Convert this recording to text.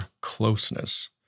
closeness